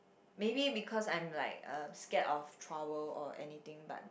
maybe because I am like uh scared of trouble or anything but